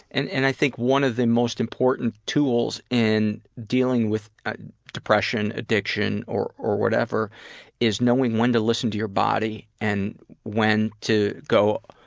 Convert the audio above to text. and and i think one of the most important tools in dealing with ah depression, addiction or or whatever is knowing when to listen to your body, and when to go,